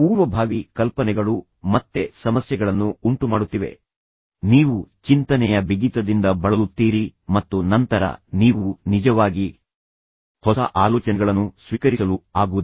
ಪೂರ್ವಭಾವಿ ಕಲ್ಪನೆಗಳು ಮತ್ತೆ ಸಮಸ್ಯೆಗಳನ್ನು ಉಂಟುಮಾಡುತ್ತಿವೆ ಬೆಳವಣಿಗೆಯ ಮನಸ್ಸಿಗೆ ವಿರುದ್ಧವಾಗಿ ನೀವು ಸ್ಥಿರವಾದ ಮನಸ್ಸನ್ನು ಹೊಂದಿದ್ದರೆ ನೀವು ಚಿಂತನೆಯ ಬಿಗಿತದಿಂದ ಬಳಲುತ್ತೀರಿ ಮತ್ತು ನಂತರ ನೀವು ನಿಜವಾಗಿ ಹೊಸ ಆಲೋಚನೆಗಳನ್ನು ಸ್ವೀಕರಿಸಲು ಆಗುವುದಿಲ್ಲ